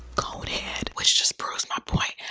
conehead. which just proves my point,